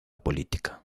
política